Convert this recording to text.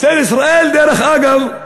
משטרת ישראל, דרך אגב,